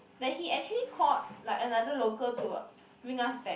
like he actually called like another local to bring us back